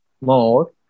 more